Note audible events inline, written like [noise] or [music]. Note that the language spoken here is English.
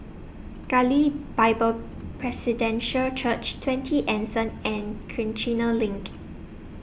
Galilee Bible [unintelligible] Church twenty Anson and Kiichener LINK